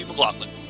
McLaughlin